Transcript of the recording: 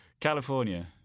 California